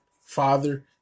father